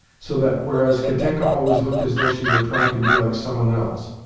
so that, whereas katenka always looked as though she were trying to be like some one else,